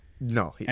No